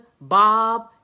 Bob